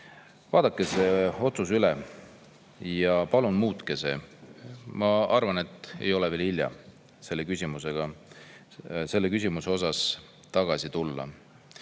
vaadake see otsus üle ja palun muutke seda. Ma arvan, et ei ole veel hilja selle küsimuse juurde tagasi tulla.